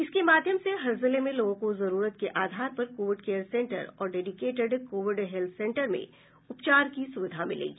इसके माध्यम से हर जिले में लोगों को जरूरत के आधार पर कोविड केयर सेंटर और डेडिकेटेड कोविड हेल्थ सेन्टर में उपचार की सुविधा मिलेगी